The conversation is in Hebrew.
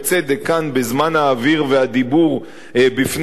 בזמן האוויר והדיבור בפני האומה,